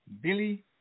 Billy